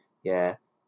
ya